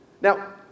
Now